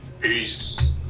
peace